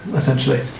essentially